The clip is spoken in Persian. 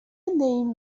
این